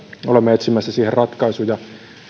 olemme etsimässä siihen ratkaisuja